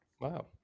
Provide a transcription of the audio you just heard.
Wow